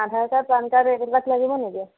আধাৰ card PAN card এইবিলাক লাগিব নেকি